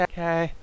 Okay